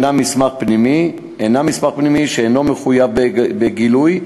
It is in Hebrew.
הם מסמך פנימי שאינו מחויב בגילוי.